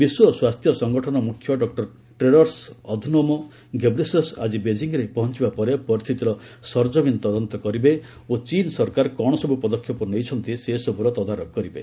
ବିଶ୍ୱ ସ୍ୱାସ୍ଥ୍ୟ ସଂଗଠନ ମୁଖ୍ୟ ଡକ୍ଟର ଟେଡ୍ରସ ଅଧନୋମ ଘେବ୍ରେସସ୍ ଆଜି ବେଜିଂରେ ପହଞ୍ଚବା ପରେ ପରସ୍ଥିତିର ସରଜମିନ୍ ତଦନ୍ତ କରିବେ ଓ ଚୀନ୍ ସରକାର କ'ଣ ସବ୍ ପଦକ୍ଷେପ ନେଇଛନ୍ତି ସେସବୁର ତଦାରଖ କରିବେ